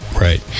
Right